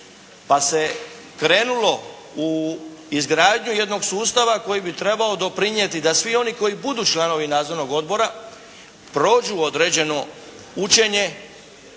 pa se krenulo u izgradnju jednog sustav koji bi trebao doprinijeti da svi oni koji budu članovi nadzornog odbora prođu određeno učenje,